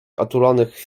otulonych